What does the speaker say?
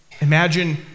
Imagine